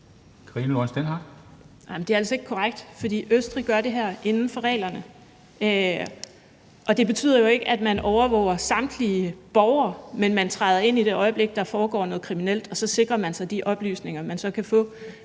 det er altså ikke korrekt. For Østrig gør det her inden for reglerne, og det betyder jo ikke, at man overvåger samtlige borgere, men man træder ind i det øjeblik, der foregår noget kriminelt, og så sikrer man sig de oplysninger, man så kan få